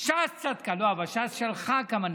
אז תגיד.